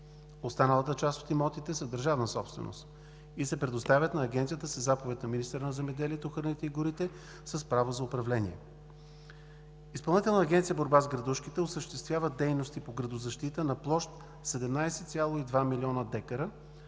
Останалата част от имотите са държавна собственост и се предоставят на Агенцията със заповед на министъра на земеделието, храните и горите с право за управление. Изпълнителната агенция „Борба с градушките“ осъществява дейностите по градозащита на площ от 17,2 млн. декара,